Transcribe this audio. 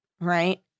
right